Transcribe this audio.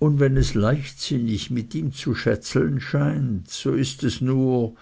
und wenn es leichtsinnig mit ihm zu schätzeln scheint so ist es nur